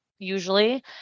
usually